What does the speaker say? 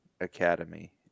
academy